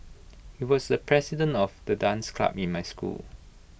he was the president of the dance club in my school